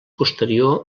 posterior